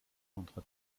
entre